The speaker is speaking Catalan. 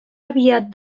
aviat